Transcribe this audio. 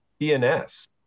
DNS